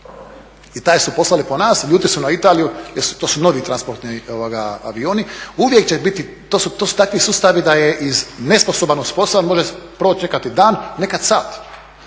i taj su poslali po nas. Ljuti su na Italiju jer su to novi transportni avioni, uvijek će biti, to su takvi sustavi da je iz nesposoban … proći nekad i dan, nekad sat.